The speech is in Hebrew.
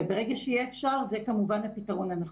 וברגע שיהיה אפשר זה כמובן הפתרון הנכון.